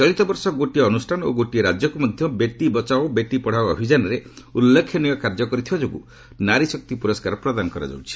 ଚଳିତ ବର୍ଷ ଗୋଟିଏ ଅନୁଷ୍ଠାନ ଓ ଗୋଟିଏ ରାଜ୍ୟକୁ ମଧ୍ୟ 'ବେଟି ବଚାଓ ବେଟି ପଢ଼ାଓ' ଅଭିଯାନରେ ଉଲ୍ଲ୍ରେଖନୀୟ କାର୍ଯ୍ୟ କରିଥିବା ଯୋଗୁଁ ନାରୀ ଶକ୍ତି ପୁରସ୍କାର ପ୍ରଦାନ କରାଯାଉଛି